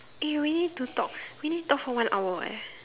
eh we need to talk we need to talk for one hour eh